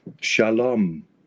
shalom